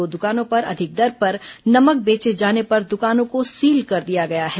दो दुकानों पर अधिक दर पर नमक बेचे जाने पर दुकानों को सील कर दिया गया है